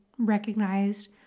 recognized